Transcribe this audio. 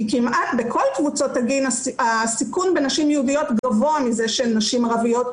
כי כמעט בכל קבוצות הגיל הסיכון בנשים יהודיות גבוה מזה של נשים ערביות,